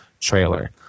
trailer